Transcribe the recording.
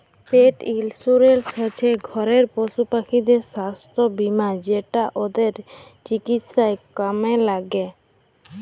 পেট insurance হচ্যে ঘরের পশুপাখিদের সাস্থ বীমা যেটা ওদের চিকিৎসায় কামে ল্যাগে